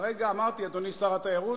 אדוני שר התיירות,